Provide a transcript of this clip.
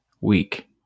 week